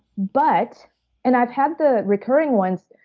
but and i've had the recurring ones.